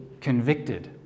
convicted